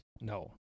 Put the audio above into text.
No